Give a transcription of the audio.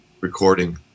recording